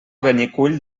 benicull